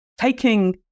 Taking